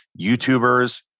YouTubers